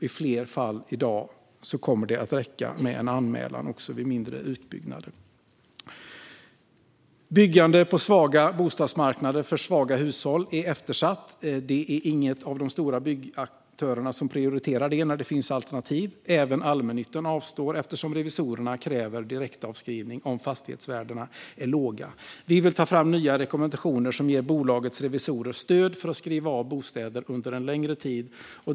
I fler fall än i dag kommer det att räcka med en anmälan vid mindre utbyggnader. Byggande på svaga bostadsmarknader och för svaga hushåll är eftersatt. Det är inget de stora byggaktörerna prioriterar när det finns alternativ. Även allmännyttan avstår, eftersom revisorerna kräver direktavskrivning om fastighetsvärdena är låga. Vi vill ta fram nya rekommendationer som ger bolagets revisorer stöd för att skriva av bostäder under en längre tid.